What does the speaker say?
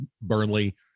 Burnley